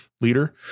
leader